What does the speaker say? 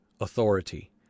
authority